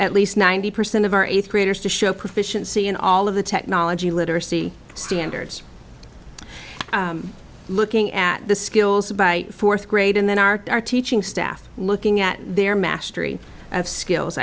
at least ninety percent of our eighth graders to show proficiency in all of the technology literacy standards looking at the skills by fourth grade and then our teaching staff looking at their